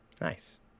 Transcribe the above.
Nice